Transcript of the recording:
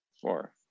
Four